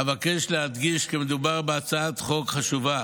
אבקש להדגיש כי מדובר בהצעת חוק חשובה,